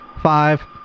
five